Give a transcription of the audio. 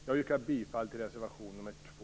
Jag yrkar bifall till reservation nr 2.